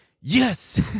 Yes